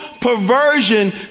perversion